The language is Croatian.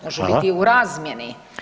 Može biti u razmjeni.